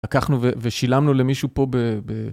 לקחנו ושילמנו למישהו פה ב... ב...